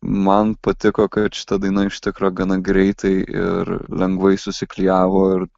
man patiko kad šita daina iš tikro gana greitai ir lengvai susiklijavo ir